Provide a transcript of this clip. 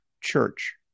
church